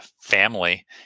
family